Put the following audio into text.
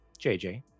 JJ